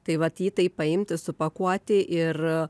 tai vat jį taip paimti supakuoti ir